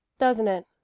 doesn't it?